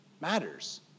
Matters